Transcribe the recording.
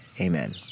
amen